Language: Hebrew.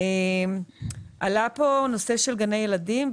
עלה הנושא של גני ילדים.